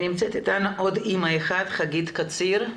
נמצאת איתנו עוד אימא אחת, חגית קציר,